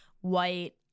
white